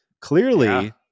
Clearly